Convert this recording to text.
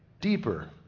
deeper